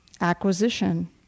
acquisition